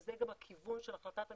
וזה גם הכיוון של החלטת הממשלה,